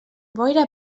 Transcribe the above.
boira